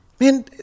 Man